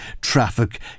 traffic